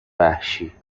وحشی